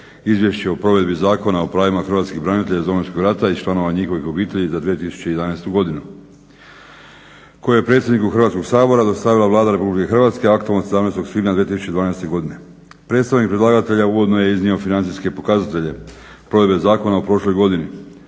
Izvješće o provedbi Zakona o pravima hrvatskih branitelja iz Domovinskog rata i članova njihovih obitelji za 2011. godinu koje je predsjedniku Hrvatskog sabora dostavila Vlada Republike Hrvatske aktom od 17. svibnja 2012. godine. Predstavnik predlagatelja uvodno je iznio financijske pokazatelje provedbe zakona u prošloj godini.